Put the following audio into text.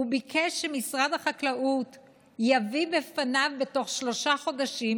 ביקש שמשרד החקלאות יביא בפניו בתוך שלושה חודשים,